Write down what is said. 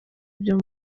byo